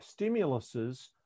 stimuluses